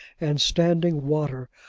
and standing water,